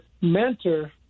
mentor –